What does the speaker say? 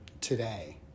today